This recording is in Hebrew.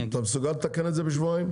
אתה מסוגל לתקן את זה בשבועיים?